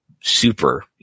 super